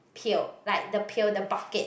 pail like the pail the bucket